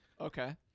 Okay